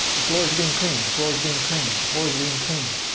the floor is being cleaned. the floor is being cleaned. the floor is being cleaned.